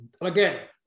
again